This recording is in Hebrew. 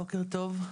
בוקר טוב.